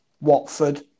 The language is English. Watford